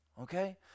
Okay